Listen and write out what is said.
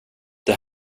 det